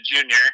junior